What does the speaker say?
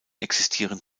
existieren